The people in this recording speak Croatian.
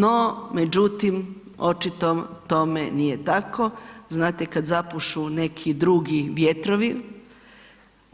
No, međutim očito tome nije tako, znate kad zapušu neki drugi vjetrovi